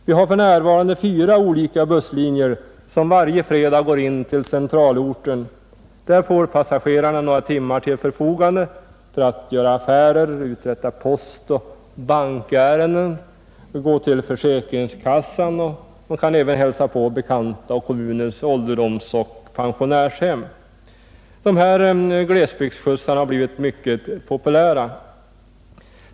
Vi har för närvarande fyra olika busslinjer som varje fredag går in till centralorten. Där får passagerarna några timmar till förfogande för att göra affärer, uträtta postoch bankärenden, gå till försäkringskassan samt kanske hälsa på bekanta på kommunens ålderdomsoch pensionärshem. Glesbygdsskjutsarna har blivit mycket populära.